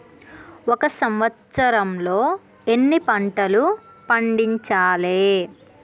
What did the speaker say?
ఒక సంవత్సరంలో ఎన్ని పంటలు పండించాలే?